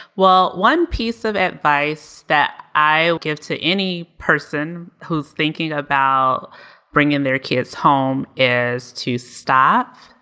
well, one piece of advice that i give to any person who's thinking about bringing their kids home is to stop,